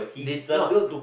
did not